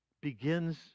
begins